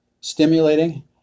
stimulating